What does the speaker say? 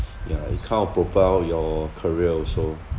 yeah it kind of propel your career also